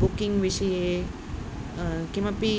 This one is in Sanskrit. बुकिङग् विषये किमपि